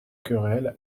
querelle